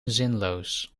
zinloos